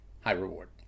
high-reward